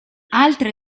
altre